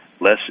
less